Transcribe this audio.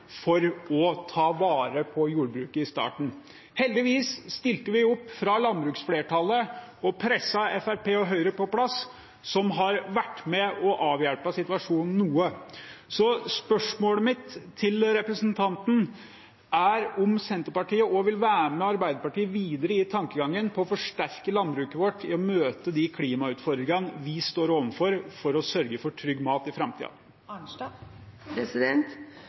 for å ta vare på jordbruket. Heldigvis stilte vi fra landbruksflertallet opp og presset Fremskrittspartiet og Høyre på plass, noe som har vært med på å avhjelpe situasjonen noe. Spørsmålet mitt til representanten er om Senterpartiet vil være med Arbeiderpartiet videre i tankegangen med å forsterke landbruket vårt i å møte de klimautfordringene vi står overfor, for å sørge for trygg mat i